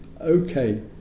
okay